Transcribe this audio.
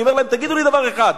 אני אומר להם: תגידו לי דבר אחד,